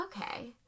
okay